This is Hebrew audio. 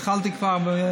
התחלתי כבר.